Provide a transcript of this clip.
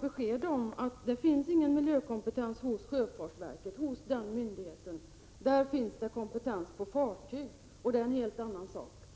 besked om att det inte finns någon miljökompetens hos sjöfartsverket. Den kompetens man har inom den myndigheten gäller fartyg, och det är en helt annan sak.